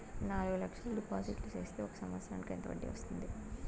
నాలుగు లక్షల డిపాజిట్లు సేస్తే ఒక సంవత్సరానికి ఎంత వడ్డీ వస్తుంది?